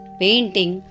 painting